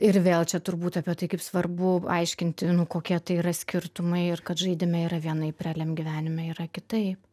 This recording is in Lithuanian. ir vėl čia turbūt apie tai kaip svarbu aiškinti nu kokie tai yra skirtumai ir kad žaidime yra vienaip realiam gyvenime yra kitaip